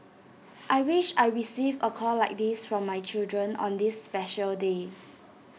I wish I receive A call like this from my children on this special day